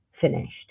finished